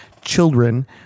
children